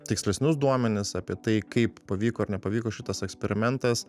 tikslesnius duomenis apie tai kaip pavyko ar nepavyko šitas eksperimentas